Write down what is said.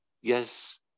Yes